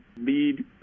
lead